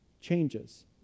changes